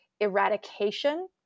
eradication